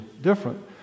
different